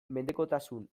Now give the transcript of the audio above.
mendekotasun